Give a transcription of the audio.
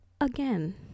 Again